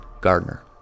Gardner